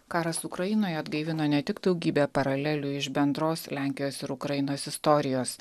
karas ukrainoje atgaivino ne tik daugybę paralelių iš bendros lenkijos ir ukrainos istorijos